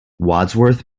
wadsworth